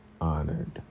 honored